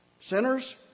Sinners